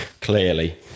clearly